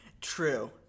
true